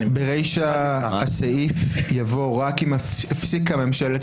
ברישא הסעיף יבוא "רק אם הפסיקה ממשלת